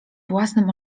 własnym